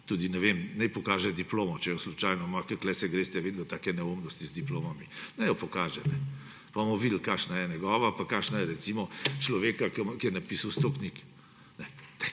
Tudi naj pokaže diplomo, če jo slučajno ima, ker tu se greste vedno take neumnosti z diplomami. Naj jo pokaže pa bomo videli, kakšna je njegova pa kakšna je recimo človeka, ki je napisal 100 knjig.